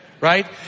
Right